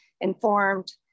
informed